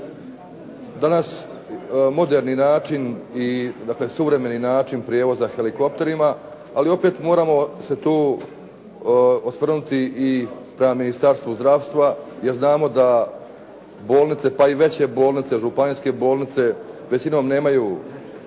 danas moderni način i dakle, suvremeni način prijevoza helikopterima ali opet moramo se tu osvrnuti prema ministarstvu zdravstva jer znamo da bolnice pa i veće bolnice, županijske bolnice većinom nemaju